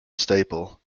staple